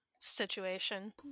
situation